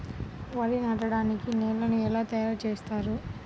వరి నాటడానికి నేలను ఎలా తయారు చేస్తారు?